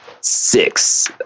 six